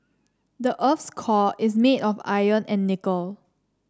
the earth's core is made of iron and nickel